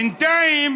בינתיים